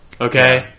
Okay